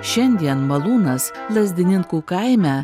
šiandien malūnas lazdininkų kaime